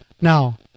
Now